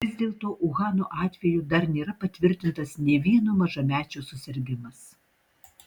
vis dėlto uhano atveju dar nėra patvirtintas nė vieno mažamečio susirgimas